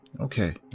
okay